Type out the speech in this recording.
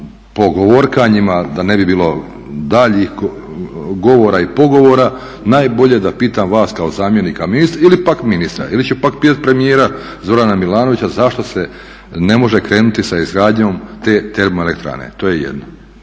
po govorkanjima, da ne bi bilo daljih govora i pogovora, najbolje da pitam vas kao zamjenika ministra ili pak ministra ili ću pak pitat premijera Zorana Milanovića zašto se ne može krenuti sa izgradnjom te termoelektrane. To je jedno.